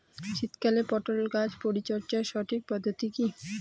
শীতকালে পটল গাছ পরিচর্যার সঠিক পদ্ধতি কী?